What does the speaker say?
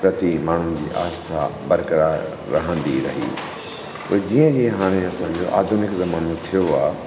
प्रति माण्हुनि जी आस्था बरक़रार रहंदी रही जीअं ई हाणे असांजो आधुनिक ज़मानो थियो आहे